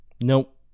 Nope